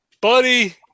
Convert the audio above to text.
buddy